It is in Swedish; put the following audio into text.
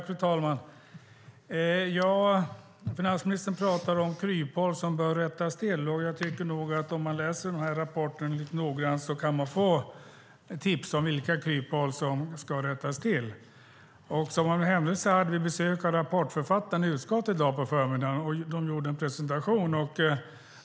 Fru talman! Finansministern pratar om kryphål som bör täppas till, och jag tänker nog att om man läser den här rapporten lite noggrant kan man få tips om vilka kryphål som ska täppas till. Som av en händelse hade vi besök av rapportförfattarna i utskottet i dag på förmiddagen, och de gjorde en presentation.